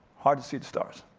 hard to see the stars,